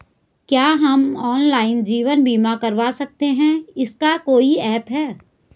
क्या हम ऑनलाइन जीवन बीमा करवा सकते हैं इसका कोई ऐप है?